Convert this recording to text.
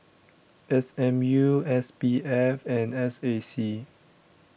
S M U S P F and S A C